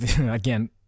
again